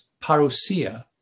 parousia